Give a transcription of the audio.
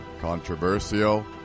Controversial